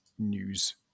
news